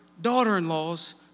daughter-in-laws